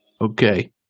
Okay